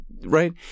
right